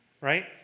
right